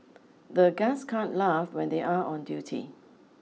the guards can't laugh when they are on duty